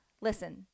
Listen